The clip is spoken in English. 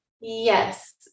yes